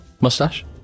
Mustache